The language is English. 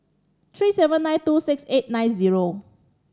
three seven nine two six eight nine zero